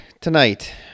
tonight